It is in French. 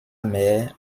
mère